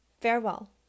farewell